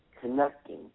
connecting